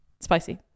spicy